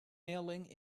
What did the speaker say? milling